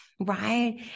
right